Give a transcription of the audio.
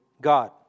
God